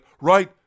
right